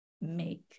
make